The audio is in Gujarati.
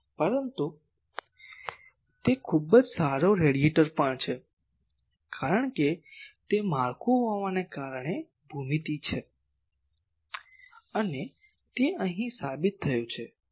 પરંતુ તે ખૂબ જ સારો રેડીએટર પણ છે કારણ કે તે માળખું હોવાને કારણે ભૂમિતિ છે અને તે અહીં સાબિત થયું છે